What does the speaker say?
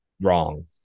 Wrong